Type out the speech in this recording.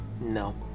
No